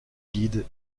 guide